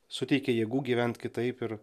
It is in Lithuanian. suteikia jėgų gyvent kitaip ir